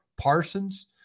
Parsons